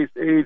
age